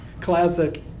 Classic